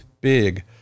big